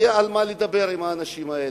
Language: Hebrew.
יהיה על מה לדבר עם האנשים האלה.